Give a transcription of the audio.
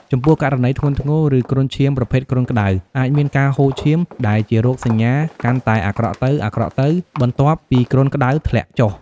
ចំពោះករណីធ្ងន់ធ្ងរ ឬគ្រុនឈាមប្រភេទគ្រុនក្តៅ អាចមានការហូរឈាម ដែលជារោគសញ្ញាកាន់តែអាក្រក់ទៅៗ បន្ទាប់ពីគ្រុនក្តៅធ្លាក់ចុះ។